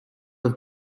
have